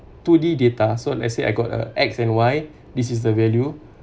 two D data so let's say I got a X and Y this is the value